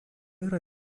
yra